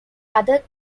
other